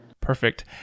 Perfect